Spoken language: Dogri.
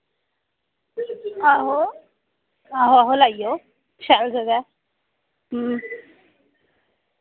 आहो आहो आहो लाई आओ शैल जगह अं